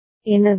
A C